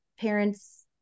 parents